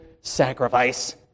sacrifice